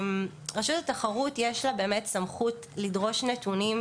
לרשות התחרות יש סמכות לדרוש נתונים,